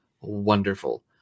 wonderful